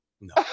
no